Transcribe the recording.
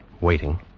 Waiting